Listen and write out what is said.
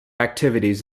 activities